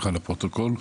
בבקשה.